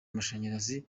amashanyarazi